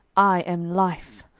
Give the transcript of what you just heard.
i am life.